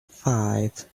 five